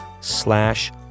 slash